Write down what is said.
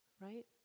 right